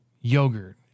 yogurt